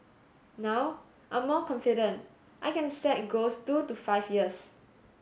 now I'm more confident I can set goals two to five years